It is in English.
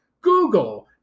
Google